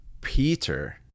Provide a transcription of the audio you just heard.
Peter